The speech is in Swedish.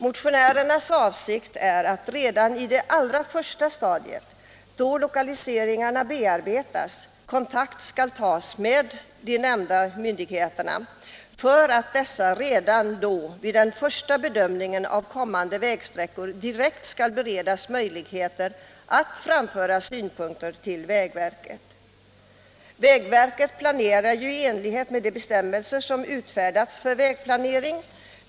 Motionärernas mening är att kontakt skall tas redan på det allra första stadiet, då lokaliseringarna bearbetas, med de nämnda myndigheterna för att dessa redan vid den första bedömningen av kommande vägsträckor direkt skall beredas möjligheter att framföra synpunkter till vägverket. Vägverket planerar ju i enlighet med de bestämmelser som utfärdas för vägplanering.